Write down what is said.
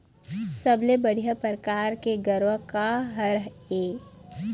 सबले बढ़िया परकार के गरवा का हर ये?